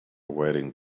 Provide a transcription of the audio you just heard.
wearing